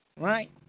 Right